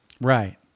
Right